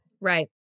Right